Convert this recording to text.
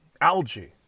algae